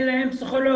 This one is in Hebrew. אין להם פסיכולוגים,